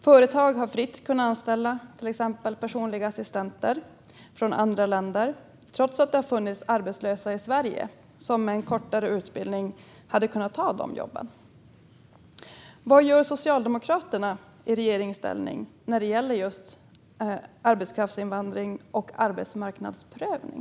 Företag har fritt kunna anställa till exempel personliga assistenter från andra länder, trots att det har funnits arbetslösa i Sverige som med en kortare utbildning hade kunnat ta de jobben. Vad gör Socialdemokraterna i regeringsställning när det gäller just arbetskraftsinvandring och arbetsmarknadsprövning?